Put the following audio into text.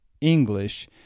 English